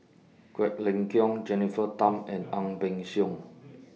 Quek Ling Kiong Jennifer Tham and Ang Peng Siong